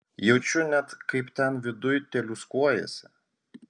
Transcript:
jaučiu net kaip ten viduj teliūskuojasi